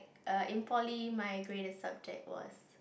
err in poly my graded subject was